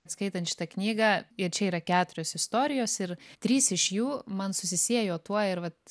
skaitant šitą knygą ir čia yra keturios istorijos ir trys iš jų man susisiejo tuo ir vat